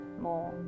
more